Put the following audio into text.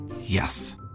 Yes